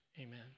amen